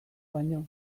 baino